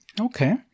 Okay